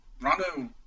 Rondo